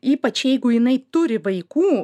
daug ypač jeigu jinai turi vaikų